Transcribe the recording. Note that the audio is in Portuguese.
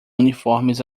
uniformes